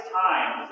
times